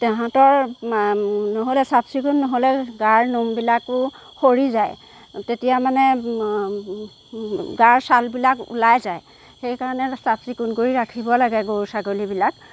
তাঁহাতৰ নহ'লে চাফ চিকুণ নহ'লে গাৰ নোমবিলাকো সৰি যায় তেতিয়া মানে গাৰ ছালবিলাক ওলাই যায় সেইকাৰণে চাফ চিকুণ কৰি ৰাখিব লাগে গৰু ছাগলীবিলাক